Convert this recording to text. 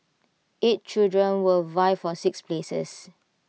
eight children will vie for six places